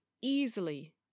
easily